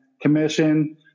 commission